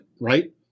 right